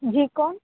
جی کون